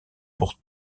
pour